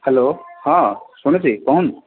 hello ହଁ ଶୁଣୁଛି କହୁନ୍